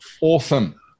awesome